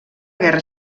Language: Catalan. guerra